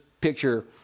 picture